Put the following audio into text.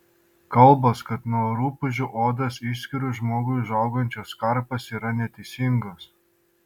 kalbos kad nuo rupūžių odos išskyrų žmogui užaugančios karpos yra neteisingos